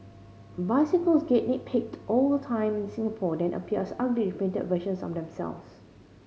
bicycles get nicked paid all the time in Singapore then appears ugly repainted versions of themself